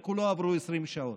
ועוד לא עברו 20 שעות.